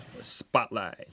Spotlight